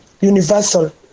universal